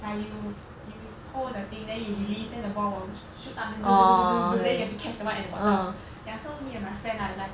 like you you hold the thing then you released and the ball will shoot up then then you have to catch them right at the bottom ya so me and my friend I like